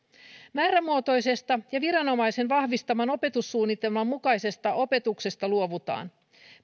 määrämuotoisesta ja viranomaisen vahvistaman opetussuunnitelman mukaisesta opetuksesta luovutaan